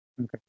Okay